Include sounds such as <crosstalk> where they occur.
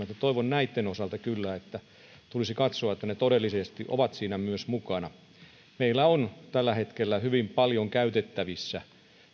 <unintelligible> ja toivon näitten osalta kyllä että katsottaisiin että ne todellisesti ovat siinä myös mukana meillä on tällä hetkellä hyvin paljon käytettävissä